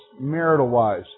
marital-wise